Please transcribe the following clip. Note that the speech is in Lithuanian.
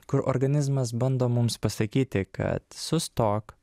kur organizmas bando mums pasakyti kad sustok